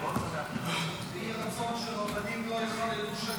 יהי רצון שרבנים לא יחללו שם